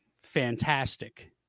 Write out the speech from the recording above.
fantastic